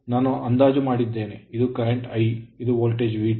ನಾನು ಅಂದಾಜು ಮಾಡಿದ್ದೇನೆ ಇದು current I ಇದು ವೋಲ್ಟೇಜ್ V2